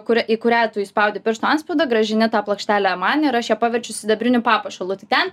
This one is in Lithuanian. kuria į kurią tu įspaudi piršto atspaudą grąžinę tą plokštelę man ir aš ją paverčiau sidabriniu papuošalu ten